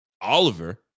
Oliver